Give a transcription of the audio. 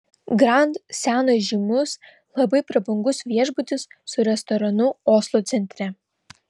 grand senas žymus labai prabangus viešbutis su restoranu oslo centre